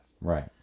Right